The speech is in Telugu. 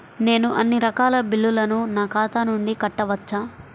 నేను అన్నీ రకాల బిల్లులను నా ఖాతా నుండి కట్టవచ్చా?